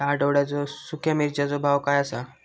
या आठवड्याचो सुख्या मिर्चीचो भाव काय आसा?